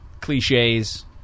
cliches